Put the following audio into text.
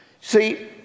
See